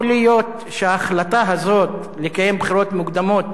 יכול להיות שההחלטה הזאת לקיים בחירות מוקדמות